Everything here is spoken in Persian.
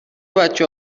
بچه